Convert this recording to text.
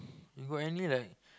you got any like